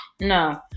No